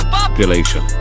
Population